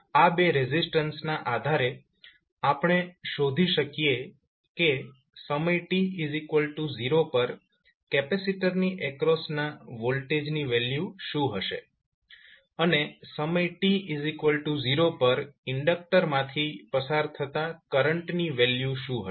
આ બે રેઝિસ્ટન્સના આધારે આપણે શોધી શકીએ કે સમય t0 પર કેપેસિટરની એક્રોસના વોલ્ટેજની વેલ્યુ શું હશે અને સમય t0 પર ઇન્ડકક્ટર માંથી પસાર થતા કરંટની વેલ્યુ શું હશે